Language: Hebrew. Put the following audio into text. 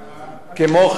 כמו כן,